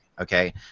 okay